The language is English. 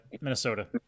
Minnesota